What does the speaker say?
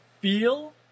feel